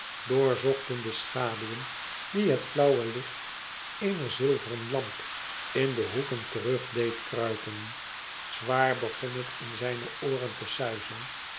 doorzochten de schaduwen die het flauwe licht eener zilveren lamp in de hoeken terug deed kruipen zwaar begon het in zijne ooren te suisen